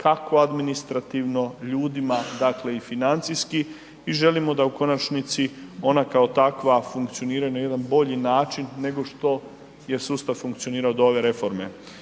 kako administrativno ljudima, dakle i financijski i želimo da u konačnici ona kao takva funkcioniraju na jedan bolji način, nego što je sustav funkcionirao do ove reforme.